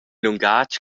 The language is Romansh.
lungatg